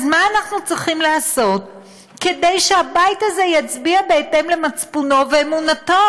אז מה אנחנו צריכים לעשות כדי שהבית הזה יצביע בהתאם למצפונו ואמונתו,